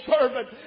servant